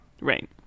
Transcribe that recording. Right